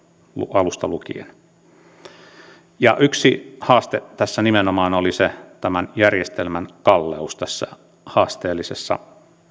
alusta lukien yksi haaste tässä nimenomaan oli tämän järjestelmän kalleus tässä haasteellisessa